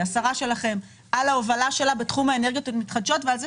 על ההובלה שלה בתחום האנרגיות המתחדשות ועל כך